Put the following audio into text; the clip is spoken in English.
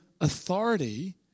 authority